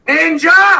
Ninja